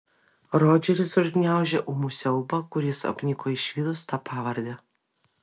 rodžeris užgniaužė ūmų siaubą kuris apniko išvydus tą pavardę